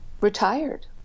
retired